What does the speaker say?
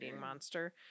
Monster